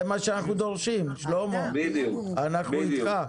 זה מה שאנחנו דורשים שלמה, אנחנו איתך,